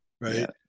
right